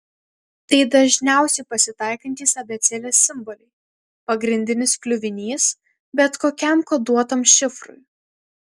tai dažniausiai pasitaikantys abėcėlės simboliai pagrindinis kliuvinys bet kokiam koduotam šifrui